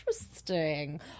Interesting